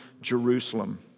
Jerusalem